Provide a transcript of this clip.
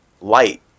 light